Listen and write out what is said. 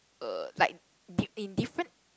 uh like dif~ in different